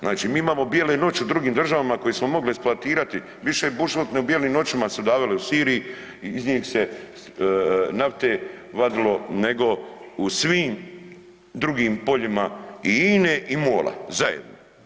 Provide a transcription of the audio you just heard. Znači mi imamo bijele noći u drugim državama koje smo mogli eksploatirati, više je bušilo nego u bijelim noćima su davali u Siriji i iz njih se nafte vadilo nego u svim drugim poljima i INA-e i MOL-a zajedno.